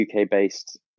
UK-based